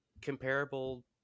comparable